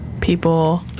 People